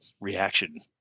reaction